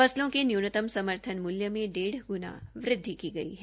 फसलों के न्यूनतम समर्थन मूल्य में डेढ़ ग्ण वृदधि की गई है